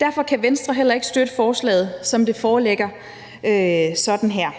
Derfor kan Venstre heller ikke støtte forslaget, som det foreligger her.